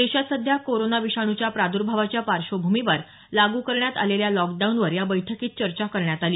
देशात सध्या कोरोना विषाणूच्या प्रादुभावाच्या पार्श्वीभुमीवर लागू करण्यात आलेल्या लॉकडाऊनवर या बैठकीत चर्चा करण्यात आली